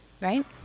right